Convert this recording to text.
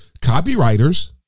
Copywriters